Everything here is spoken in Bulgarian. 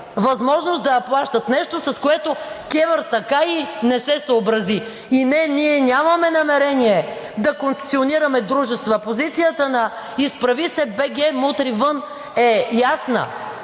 Възможност да я плащат – нещо, с което КЕВР така и не се съобрази. И, не, ние нямаме намерение да концесионираме дружества. Позицията на „Изправи се БГ! Мутри вън!“ е ясна,